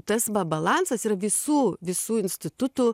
tas va balansas yra visų visų institutų